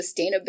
sustainability